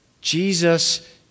Jesus